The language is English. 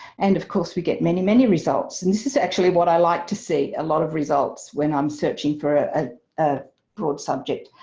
and of course we get many, many results and this is actually what i like to see a lot of results when i'm searching for ah a broad subject.